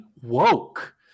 woke